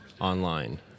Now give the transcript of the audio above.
online